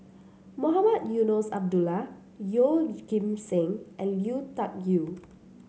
Mohamed Eunos Abdullah Yeoh Ghim Seng and Lui Tuck Yew